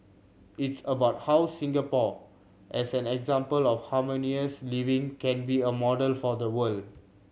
it's about how Singapore as an example of harmonious living can be a model for the world